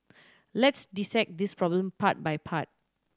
let's dissect this problem part by part